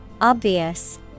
Obvious